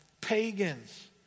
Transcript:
Pagans